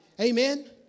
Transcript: Amen